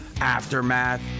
aftermath